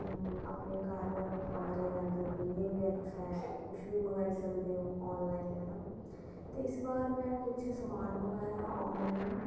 अपने घर कमरे दे अंदर बेहियै गै तुस कुछ बी मंगवाई सकदे हो आनॅलाइन है ना ते इस बार में कुछ समान मगवाया आनॅलाइन